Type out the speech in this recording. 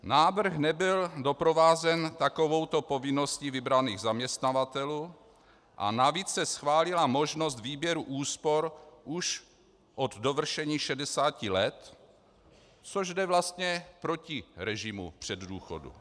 Návrh nebyl doprovázen takovouto povinností vybraných zaměstnavatelů a navíc se schválila možnost výběru úspor už od dovršení 60 let, což jde vlastně proti režimu předdůchodů.